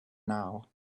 now